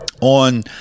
on